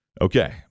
Okay